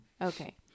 Okay